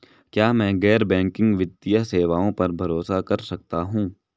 क्या मैं गैर बैंकिंग वित्तीय सेवाओं पर भरोसा कर सकता हूं?